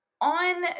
on